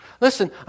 Listen